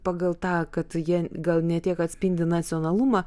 pagal tą kad jie gal ne tiek atspindi nacionalumą